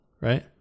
right